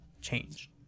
change